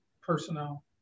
Personnel